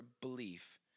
belief